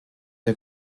der